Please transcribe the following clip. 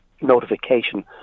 notification